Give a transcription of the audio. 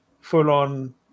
full-on